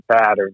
pattern